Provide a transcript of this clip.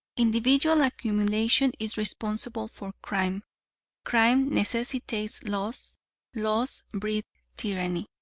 individual accumulation is responsible for crime crime necessitates laws laws breed tyranny.